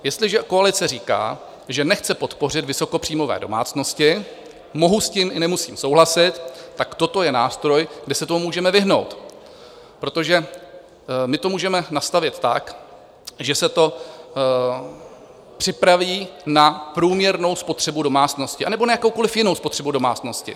Jestliže koalice říká, že nechce podpořit vysokopříjmové domácnosti, mohu s tím i nemusím souhlasit, tak toto je nástroj, kde se tomu můžeme vyhnout, protože my to můžeme nastavit tak, že se to připraví na průměrnou spotřebu domácnosti anebo na jakoukoliv jinou spotřebu domácnosti.